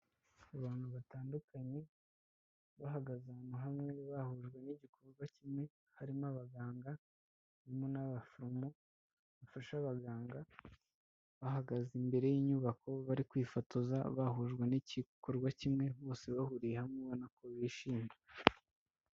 Abantu batandukanye bahagaze ahantu hamwe, bahujwe n'igikorwa kimwe, harimo abaganga, harimo n'abaforomo bafasha abaganga, bahagaze imbere y'inyubako bari kwifotoza bahujwe n'igikorwa kimwe, bose bahuriye hamwe ubona ko bishimye.